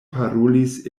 parolis